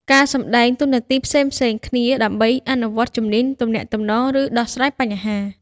ការសម្តែងតួនាទីផ្សេងៗគ្នា ដើម្បីអនុវត្តជំនាញទំនាក់ទំនង ឬដោះស្រាយបញ្ហា។